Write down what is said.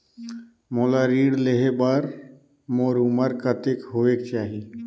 मोला ऋण लेहे बार मोर उमर कतेक होवेक चाही?